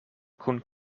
kun